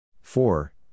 four